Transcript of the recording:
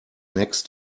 next